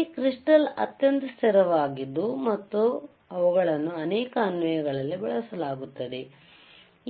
ಈ ಕ್ರಿಸ್ಟಾಲ್ ಅತ್ಯಂತ ಸ್ಥಿರವಾಗಿದ್ದವು ಮತ್ತು ಆದ್ದರಿಂದ ಅವುಗಳನ್ನು ಅನೇಕ ಅನ್ವಯಗಳಲ್ಲಿ ಬಳಸಲಾಗುತ್ತದೆ ಅವುಗಳನ್ನು